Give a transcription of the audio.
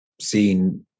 seen